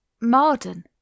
Marden